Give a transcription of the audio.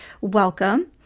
welcome